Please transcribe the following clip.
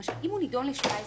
למשל, אם הוא נידון ל-17 שנים,